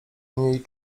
mniej